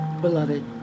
beloved